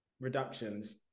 reductions